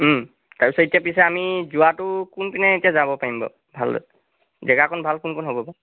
তাৰপিছত পিছে এতিয়া আমি যোৱাটো কোনদিনা এতিয়া যাব পাৰিম ভাল জেগাকণ ভাল কোনকণ হ'ব